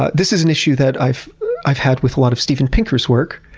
but this is an issue that i've i've had with a lot of steven pinker's work.